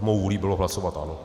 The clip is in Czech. Mou vůlí bylo hlasovat ano.